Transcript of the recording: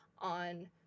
on